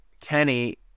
Kenny